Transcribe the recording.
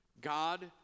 God